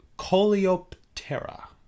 Coleoptera